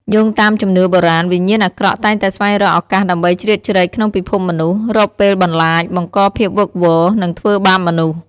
យោងតាមជំនឿបុរាណ វិញ្ញាណអាក្រក់តែងតែស្វែងរកឱកាសដើម្បីជ្រៀតជ្រែកក្នុងពិភពមនុស្ស រកពេលបន្លាច បង្កភាពវឹកវរ និងធ្វើបាបមនុស្ស។